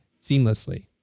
seamlessly